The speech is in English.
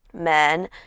men